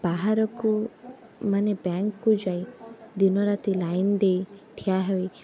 ବାହାରକୁ ମାନେ ବ୍ୟାଙ୍କକୁ ଯାଇ ଦିନ ରାତି ଲାଇନ୍ ଦେଇ ଠିଆ ହେଇ